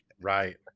right